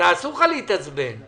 אסור לך להתעצבן.